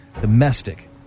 domestic